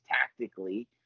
tactically